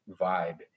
vibe